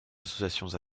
associations